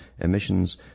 emissions